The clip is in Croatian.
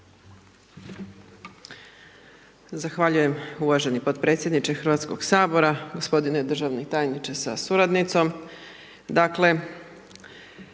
lijepo poštovani podpredsjedniče Hrvatskog sabora, uvaženi državni tajniče sa suradnicom,